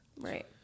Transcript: Right